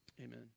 Amen